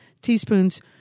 teaspoons